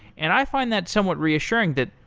and i find that somewhat reassuring that,